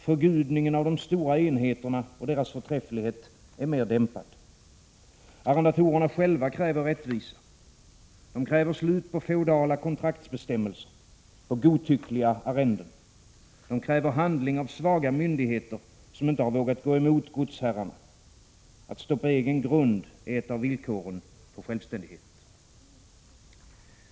Förgudningen av de stora enheterna och deras förträfflighet är mer dämpad. Arrendatorerna själva kräver rättvisa. De kräver slut på feodala kontraktsbestämmelser, på godtyckliga arrenden. De kräver handling av svaga myndigheter som inte vågat gå emot godsherrarna. Att stå på egen grund är ett av villkoren för självständighet.